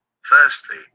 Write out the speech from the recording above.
Firstly